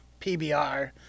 PBR